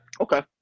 Okay